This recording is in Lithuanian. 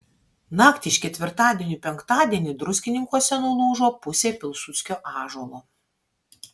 naktį iš ketvirtadienio į penktadienį druskininkuose nulūžo pusė pilsudskio ąžuolo